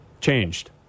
changed